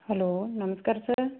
hello ਨਮਸਕਾਰ sir